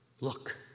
Look